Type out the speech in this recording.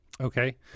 Okay